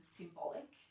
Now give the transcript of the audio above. symbolic